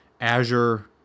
Azure